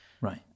Right